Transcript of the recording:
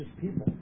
people